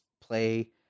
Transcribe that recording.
play